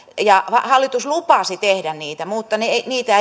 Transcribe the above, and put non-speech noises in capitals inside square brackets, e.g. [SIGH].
ja hallitus lupasi tehdä niitä mutta niitä [UNINTELLIGIBLE]